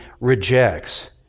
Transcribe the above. rejects